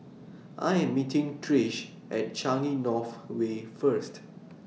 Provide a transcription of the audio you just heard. I Am meeting Trish At Changi North Way First